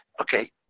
okay